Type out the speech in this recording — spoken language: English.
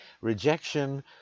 rejection